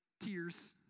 Tears